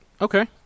Okay